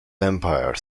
empire